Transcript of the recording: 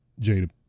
Jada